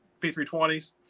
P320s